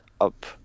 up